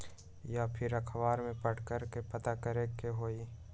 या फिर अखबार में पढ़कर के पता करे के होई?